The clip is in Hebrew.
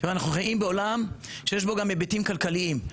אנחנו חיים בעולם שיש בו גם היבטים כלכליים.